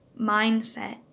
mindset